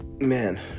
man